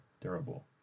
durable